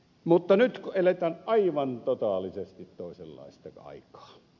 mutta nyt eletään aivan totaalisesti toisenlaista aikaa